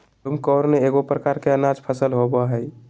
broomcorn एगो प्रकार के अनाज फसल होबो हइ